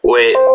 Wait